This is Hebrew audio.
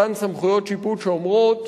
אותן סמכויות שיפוט שאומרות: